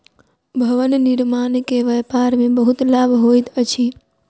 भवन निर्माण के व्यापार में बहुत लाभ होइत अछि